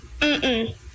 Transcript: -mm